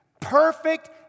perfect